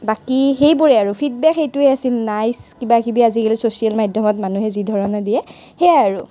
বাকী সেইবোৰেই আৰু ফীডবেক সেইটোৱেই আছিল নাইচ কিবাকিবি আজিকালি ছ'চিয়েল মাধ্যমত মানুহে যি ধৰণে দিয়ে সেয়াই আৰু